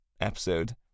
episode